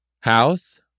house